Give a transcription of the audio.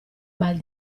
mal